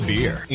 Beer